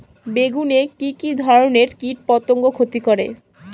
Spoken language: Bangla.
বেগুনে কি কী ধরনের কীটপতঙ্গ ক্ষতি করে?